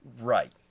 Right